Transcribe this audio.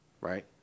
right